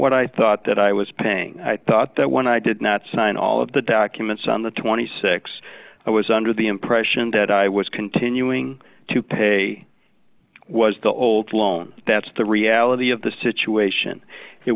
what i thought that i was paying i thought that when i did not sign all of the documents on the twenty six i was under the impression that i was continuing to pay was the old loan that's the reality of the situation it